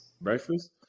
breakfast